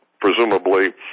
presumably